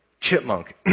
Chipmunk